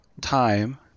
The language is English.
time